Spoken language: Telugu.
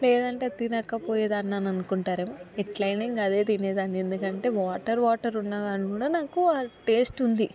లేదంటే అది తినకపోయేదాన్నననుకుంటారేమో ఎట్లయినా ఇంక అదే తినేదాన్ని ఎందుకంటే వాటర్ వాటరున్న కాని కూడా నాకు టేస్ట్ ఉంది